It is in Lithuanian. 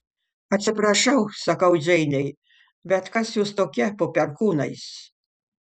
atsiprašau sakau džeinei bet kas jūs tokia po perkūnais